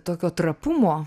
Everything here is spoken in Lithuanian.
tokio trapumo